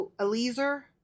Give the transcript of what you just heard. Eliezer